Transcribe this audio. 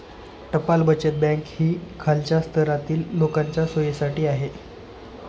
टपाल बचत बँक ही खालच्या स्तरातील लोकांच्या सोयीसाठी आहे